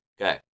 Okay